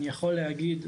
אני יכול להגיד,